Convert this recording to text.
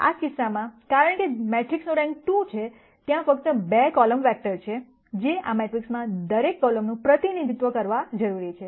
આ કિસ્સામાં કારણ કે મેટ્રિક્સનો રેન્ક 2 છે ત્યાં ફક્ત 2 કોલમ વેક્ટર છે કે જે આ મેટ્રિક્સમાં દરેક કોલમનું પ્રતિનિધિત્વ કરવા જરૂરી છે